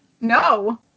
No